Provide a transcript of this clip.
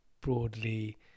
broadly